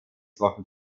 wochen